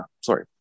Sorry